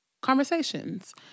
conversations